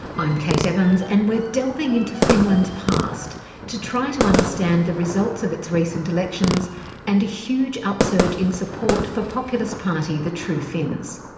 i'm kate evans, and we're delving into finland's past to try to understand the results of its recent elections and a huge upsurge in support for populist party the true finns.